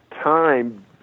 time